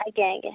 ଆଜ୍ଞା ଆଜ୍ଞା